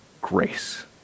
grace